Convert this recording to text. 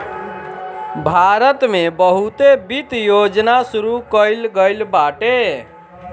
भारत में बहुते वित्त योजना शुरू कईल गईल बाटे